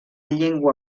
llengua